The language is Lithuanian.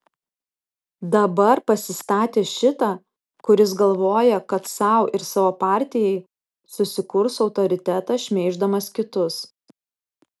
dabar pasistatė šitą kuris galvoja kad sau ir savo partijai susikurs autoritetą šmeiždamas kitus